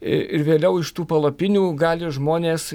ir vėliau iš tų palapinių gali žmonės